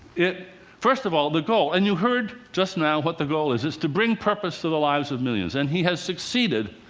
first of all, the goal and you heard just now what the goal is it's to bring purpose to the lives of millions, and he has succeeded.